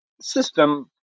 system